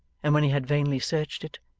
and when he had vainly searched it,